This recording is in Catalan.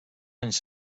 anys